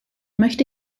möchte